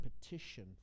petition